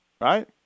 Right